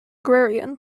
agrarian